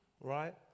right